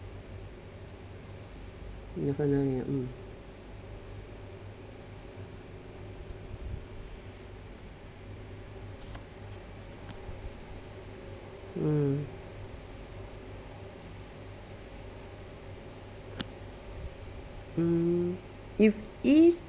definitely mm mm mm you've ia